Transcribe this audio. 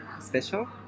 special